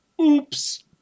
Oops